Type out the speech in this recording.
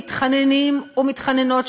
מתחננים ומתחננות,